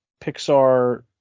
pixar